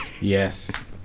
yes